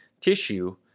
tissue